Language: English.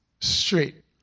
straight